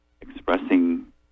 expressing